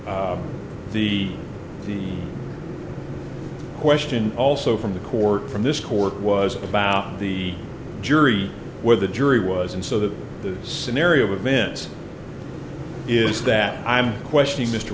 now the the question also from the court from this court was about the jury where the jury was and so that the scenario with vince is that i'm questioning mr